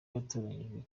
yatoranijwe